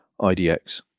IDX